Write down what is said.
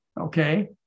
okay